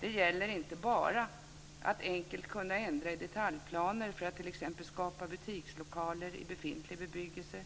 Det gäller inte bara att enkelt kunna ändra i detaljplaner för att t.ex. skapa butikslokaler i befintlig bebyggelse